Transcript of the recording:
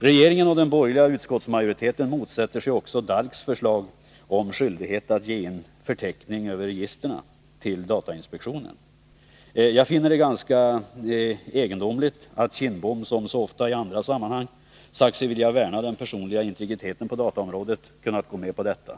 Regeringen och den borgerliga utskottsmajoriteten motsätter sig också DALK:s förslag om skyldighet att ge in förteckning över register till datainspektionen. Jag finner det ganska egendomligt att Bengt Kindbom, som ofta i andra sammanhang säger sig vilja värna den personliga integriteten på dataområdet, kunnat gå med på detta.